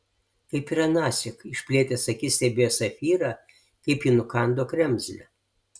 kaip ir anąsyk išplėtęs akis stebėjo safyrą kaip ji nukando kremzlę